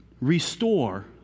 restore